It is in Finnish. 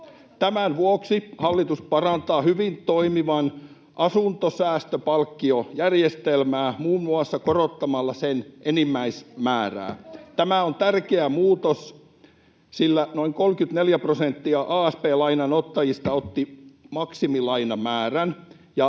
Tämän vuoksi hallitus parantaa hyvin toimivaa asuntosäästöpalkkiojärjestelmää muun muassa korottamalla sen enimmäismäärää. [Välihuutoja sosiaalidemokraattien ryhmästä] Tämä on tärkeä muutos, sillä noin 34 prosenttia asp-lainan ottajista otti maksimilainamäärän ja